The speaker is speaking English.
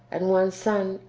and one son,